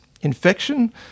infection